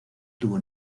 tuvo